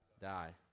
die